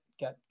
got